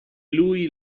lui